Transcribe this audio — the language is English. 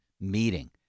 meeting